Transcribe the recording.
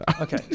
Okay